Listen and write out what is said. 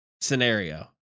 scenario